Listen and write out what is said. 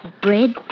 Bread